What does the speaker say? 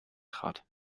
trat